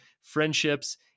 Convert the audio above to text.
friendships